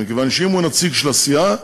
מכיוון שאם הוא נציג של הסיעה,